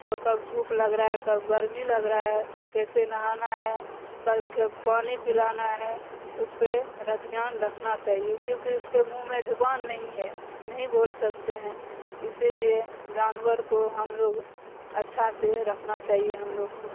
اس کو کب دھوپ لگ رہا ہے کب گرمی لگ رہا ہے کیسے نہانا ہے کب کب پانی پلانا ہے اس پہ ر دھیان رکھنا چاہیے کیونکہ اس کے منہ میں جبان نہیں ہے نہیں بول سکتے ہیں اسی لیے جانور کو ہم لوگ اچھا سے رکھنا چاہیے ہم لوگ کو